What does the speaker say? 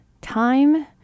time